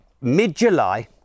mid-July